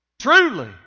Truly